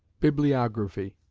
bibliography.